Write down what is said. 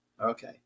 Okay